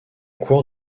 cours